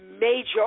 major